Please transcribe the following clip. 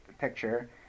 picture